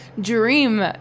dream